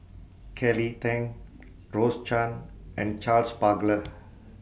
Kelly Tang Rose Chan and Charles Paglar